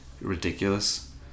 ridiculous